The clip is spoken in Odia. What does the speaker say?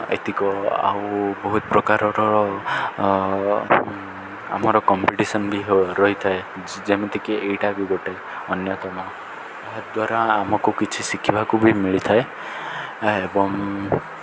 ଏତିକି ଆଉ ବହୁତ ପ୍ରକାରର ଆମର କମ୍ପିଟିସନ୍ ବି ରହିଥାଏ ଯେମିତିକି ଏଇଟା ବି ଗୋଟେ ଅନ୍ୟତମ ଏହାଦ୍ୱାରା ଆମକୁ କିଛି ଶିଖିବାକୁ ବି ମିଳିଥାଏ ଏବଂ